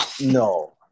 No